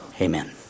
Amen